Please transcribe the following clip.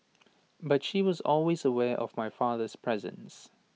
but she was always aware of my father's presence